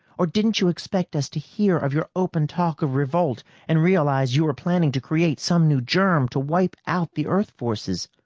or didn't you expect us to hear of your open talk of revolt and realize you were planning to create some new germ to wipe out the earth forces.